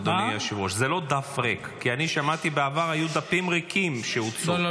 כי אני שמעתי שבעבר היו דפים ריקים שהוצעו.